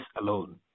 alone